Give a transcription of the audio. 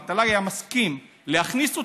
אם המל"ג היה מסכים להכניס אותם,